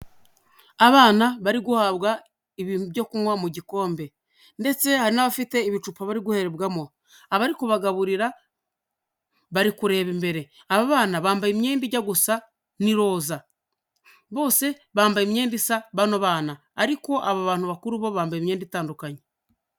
Abana bari guhabwa ibintu byo kunywa mu gikombe ndetse hari n'abafite ibicupa bari guherebwamo, abari kubagaburira bari kureba imbere, aba bana bambaye imyenda ijya gusa n'iroza, bose bambaye imyenda isa bano bana, ariko aba bantu bakuru bo bambaye imyenda itandukanye.